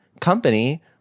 company